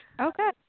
Okay